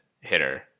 hitter